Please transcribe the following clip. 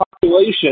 population